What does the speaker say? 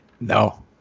No